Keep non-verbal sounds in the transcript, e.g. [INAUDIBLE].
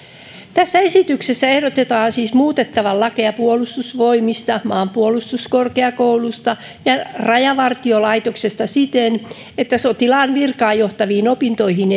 tässä esityksessä ehdotetaan siis muutettavaksi lakeja puolustusvoimista maanpuolustuskorkeakoulusta ja rajavartiolaitoksesta siten että edellytettäisiin ettei sotilaan virkaan johtaviin opintoihin [UNINTELLIGIBLE]